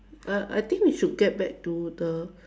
uh I think we should get back to the